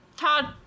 Todd